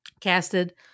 casted